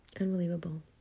Unbelievable